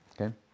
okay